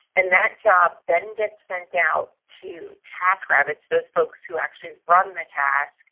and that job then gets sent out to taskrabbit, those folks who actually run the task,